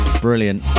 Brilliant